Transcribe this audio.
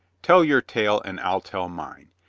tell your tale and i'll tell mine.